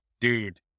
Dude